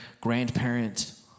grandparent